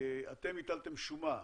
אתם הטלתם שומה.